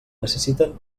necessiten